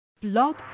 blog